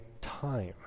time